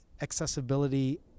accessibility